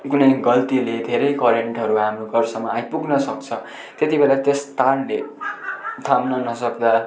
कुनै गल्तीले धेरै करेन्टहरू हाम्रो घरसम्म आइपुग्न सक्छ त्यतिबेला त्यस तारले थाम्न नसक्दा